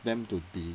them to be